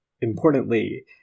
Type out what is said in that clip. importantly